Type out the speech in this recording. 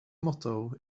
motto